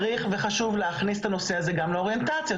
צריך וחשוב להכניס את הנושא הזה גם לאוריינטציות,